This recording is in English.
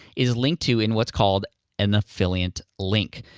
is linked to in what's called an affiliate link.